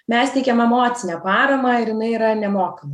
mes teikiam emocinę paramą ir jinai yra nemokama